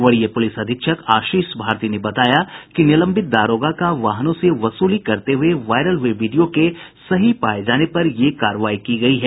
वरीय पुलिस अधीक्षक आशीष भारती ने बताया कि निलंबित दारोगा का वाहनों से वसूली करते हुये वायरल हुए वीडियो के सही पाये जाने पर ये कार्रवाई की गयी है